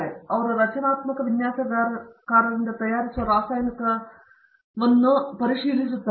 ಆದ್ದರಿಂದ ಅವರು ರಚನಾತ್ಮಕ ವಿನ್ಯಾಸಕಾರರಿಗೆ ತಯಾರಿಸುವ ರಾಸಾಯನಿಕದಿಂದ ಹೊರಟಿದ್ದಾರೆ